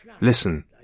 listen